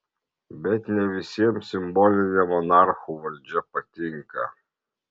bet ne visiems simbolinė monarchų valdžia patinka